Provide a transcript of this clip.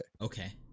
Okay